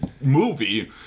movie